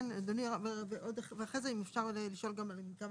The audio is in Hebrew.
כן, ואחרי זה אם אפשר לשאול על כמה